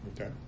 okay